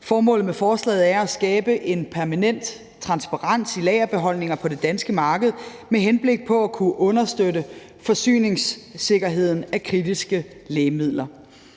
Formålet med forslaget er at skabe en permanent transparens i lagerbeholdninger på det danske marked med henblik på at kunne understøtte forsyningssikkerheden af kritiske lægemidler.